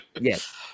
Yes